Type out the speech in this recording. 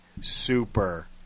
super